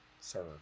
sir